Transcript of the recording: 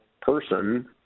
person